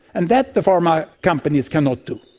and that the pharma companies cannot do,